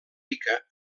rica